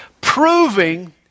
proving